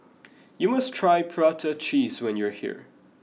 you must try Prata Cheese when you are here